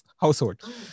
household